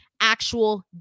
actual